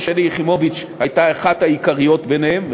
ושלי יחימוביץ הייתה אחת העיקריות בהם,